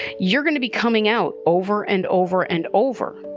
you're going to be coming out over and over and over.